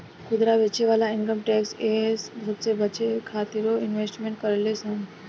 खुदरा बेचे वाला इनकम टैक्स इहे सबसे बचे खातिरो इन्वेस्टमेंट करेले सन